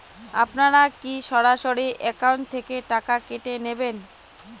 আপনারা কী সরাসরি একাউন্ট থেকে টাকা কেটে নেবেন?